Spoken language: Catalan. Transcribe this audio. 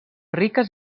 riques